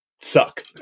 suck